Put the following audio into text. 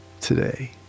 today